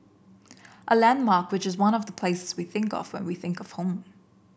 a landmark which is one of the places we think of when we think of home